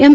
M